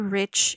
rich